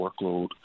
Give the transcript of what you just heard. workload